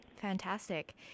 Fantastic